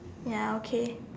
ya okay